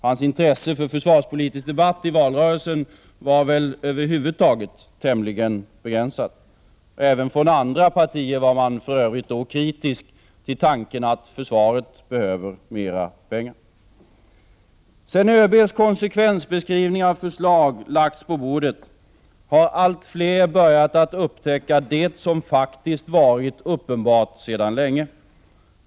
Hans intresse för försvarspolitisk debatt under valrörelsen var över huvud taget tämligen begränsat. Även från andra partier var man för övrigt kritisk till tanken att försvaret behöver mera pengar. Sedan ÖB:s konsekvensbeskrivningar och förslag lagts på bordet har allt fler börjat att upptäcka det som varit uppenbart sedan länge.